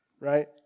right